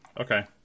Okay